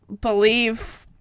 believe